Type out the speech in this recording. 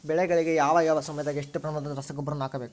ಬೆಳೆಗಳಿಗೆ ಯಾವ ಯಾವ ಸಮಯದಾಗ ಎಷ್ಟು ಪ್ರಮಾಣದ ರಸಗೊಬ್ಬರವನ್ನು ಹಾಕಬೇಕು?